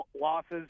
losses